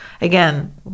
Again